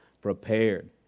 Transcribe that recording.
prepared